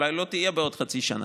אולי לא תהיה בעוד חצי שנה.